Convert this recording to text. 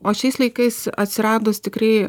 o šiais laikais atsiradus tikrai